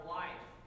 life